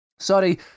Sorry